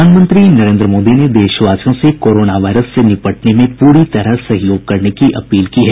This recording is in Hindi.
प्रधानमंत्री नरेंद्र मोदी ने देशवासियों से कोरोना वायरस से निपटने में पूरी तरह सहयोग करने की अपील की है